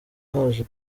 haje